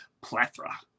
plethora